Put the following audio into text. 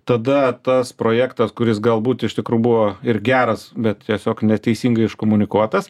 tada tas projektas kuris galbūt iš tikrųjų buvo ir geras bet tiesiog neteisingai iškomunikuotas